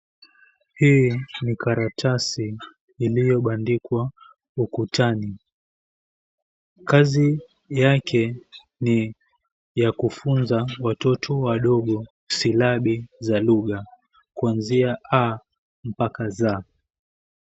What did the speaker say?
Hii ni karatasi iliyobandikwa ukutani, kazi yake ni kufunza watoto wadogo silabi za lugha kuanzia A mpaka Za.